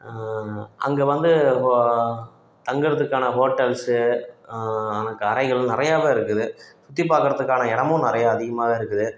அங்கே வந்து ஓ தங்கறதுக்கான ஹோட்டல்ஸு ஆன கடைகளும் நிறையவே இருக்குது சுற்றி பார்க்கறத்துக்கான இடமும் நிறையா அதிகமாகவே இருக்குது